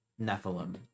Nephilim